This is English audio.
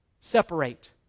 Separate